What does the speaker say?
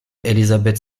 élisabeth